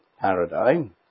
paradigm